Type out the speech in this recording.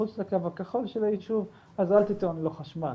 מחוץ לקו הכחול של היישוב אז אל תתנו לו חשמל,